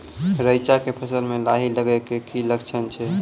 रैचा के फसल मे लाही लगे के की लक्छण छै?